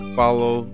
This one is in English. follow